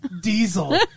Diesel